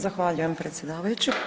Zahvaljujem predsjedavajući.